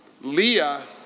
Leah